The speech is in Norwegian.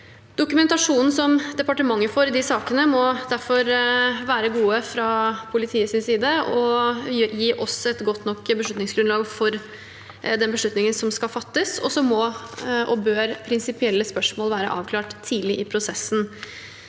Dokumentasjonen som departementet får i disse sakene, må derfor være god fra politiets side og gi oss et godt nok beslutningsgrunnlag for den beslutningen som skal fattes, og så må og bør prinsipielle spørsmål være avklart tidlig i prosessen.